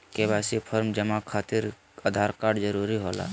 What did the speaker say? KYC form जमा खातिर Aadhaar card जरूरी होला?